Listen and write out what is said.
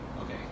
Okay